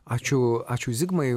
ačiū ačiū zigmai